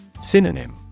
Synonym